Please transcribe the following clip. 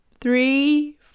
three